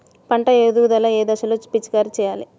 పంట ఎదుగుదల ఏ దశలో పిచికారీ చేయాలి?